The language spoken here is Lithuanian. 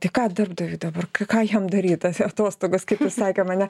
tai ką darbdaviui dabar ką jam daryt atostogos kaip sakėm ar ne